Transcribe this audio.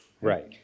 right